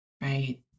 right